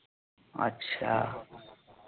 अच्छा